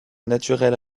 naturel